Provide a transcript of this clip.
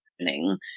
happening